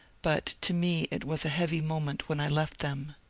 but to me it was a heavy mo ment when i left them.